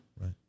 Right